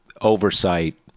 oversight